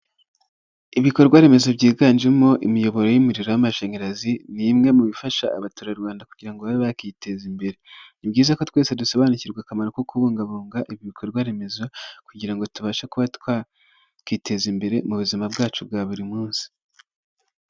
Ibikorwaremezo byiganjemo imiyoboro y'umuriro w'amashanyarazi ni imwe mu bifasha abatura Rwanda kugira ngo babe bakiteza imbere, ni byiza ko twese dusobanukirwa akamaro ko kubungabunga ibikorwa remezo kugira ngo tubashe kuba twakiteza imbere mu buzima bwacu bwa buri munsi.